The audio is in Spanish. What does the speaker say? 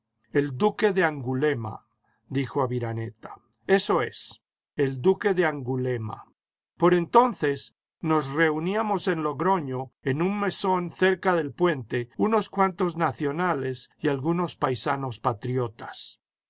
el duque de angulema dijo aviraneta eso es el duque de angulema por entonces nos reuníamos en logroño en un mesón cerca del puente unos cuantos nacionales y algunos paisanos patriotas